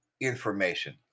information